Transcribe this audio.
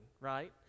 right